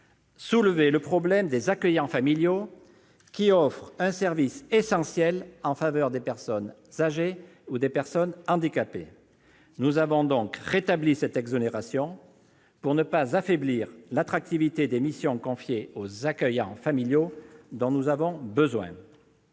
soulevait le problème des accueillants familiaux qui offrent un service essentiel en faveur des personnes âgées ou handicapées. Nous avons donc rétabli cette exonération pour ne pas affaiblir l'attractivité des missions confiées aux accueillants familiaux, dont nous avons besoin.